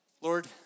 Lord